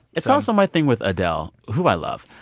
it's also my thing with adele who i love.